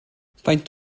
faint